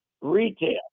Retail